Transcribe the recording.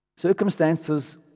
Circumstances